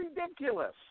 ridiculous